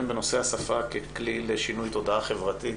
בנושא: השפה ככלי לשינוי תודעה חברתית.